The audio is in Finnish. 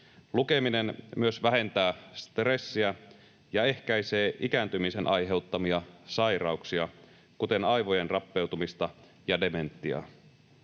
Lukeminen myös vähentää stressiä ja ehkäisee ikääntymisen aiheuttamia sairauksia, kuten aivojen rappeutumista ja dementiaa.